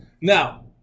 now